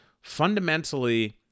Fundamentally